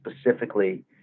specifically